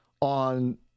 on